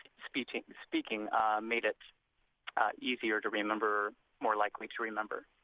speaking speaking made it easier to remember, more likely to remember.